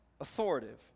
authoritative